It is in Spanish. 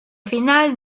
final